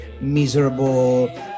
miserable